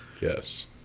yes